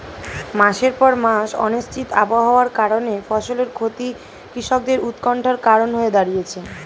মাসের পর মাস অনিশ্চিত আবহাওয়ার কারণে ফসলের ক্ষতি কৃষকদের উৎকন্ঠার কারণ হয়ে দাঁড়িয়েছে